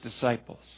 disciples